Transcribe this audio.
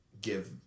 give